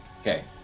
Okay